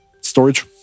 storage